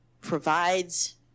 provides